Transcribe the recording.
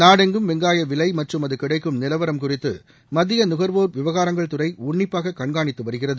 நாடெங்கும் வெங்காய விலை மற்றும் அது கிடைக்கும் நிலவரம் குறித்து மத்திய நுகர்வோர் விவகாரங்கள் துறை உன்னிப்பாக கண்காணித்து வருகிறது